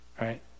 right